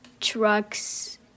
trucks